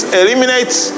eliminates